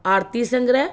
ਆਰਤੀ ਸੰਗ੍ਰਹਿ